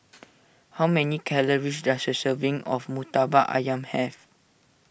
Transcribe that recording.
how many calories does a serving of Murtabak Ayam have